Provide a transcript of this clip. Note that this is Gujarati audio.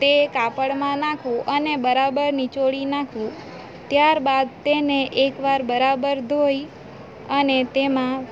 તે કાપડમાં નાખવું અને બરોબર નિચોડી નાખવું ત્યારબાદ તેને એકવાર બરાબર ધોઈ અને તેમાં